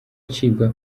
acibwa